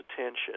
attention